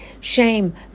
Shame